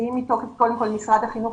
שהיא מתוקף משרד החינוך,